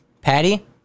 patty